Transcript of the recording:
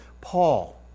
Paul